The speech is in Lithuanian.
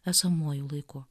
esamuoju laiku